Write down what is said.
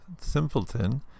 simpleton